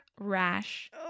rash